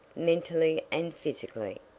mentally and physically.